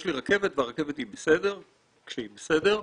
יש לי רכבת והרכבת היא בסדר כשהיא בסדר,